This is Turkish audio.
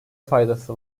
faydası